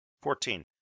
Fourteen